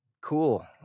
cool